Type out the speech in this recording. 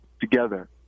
together